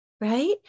right